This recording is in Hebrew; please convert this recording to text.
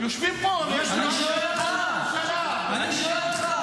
יושבים פה סביב שולחן הממשלה --- אני שואל אותך,